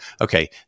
okay